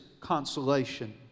consolation